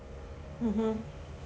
mmhmm